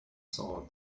saw